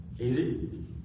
Easy